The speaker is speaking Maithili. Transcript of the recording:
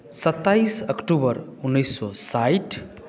सत्ताइस अक्टूबर उन्नैस सए साठि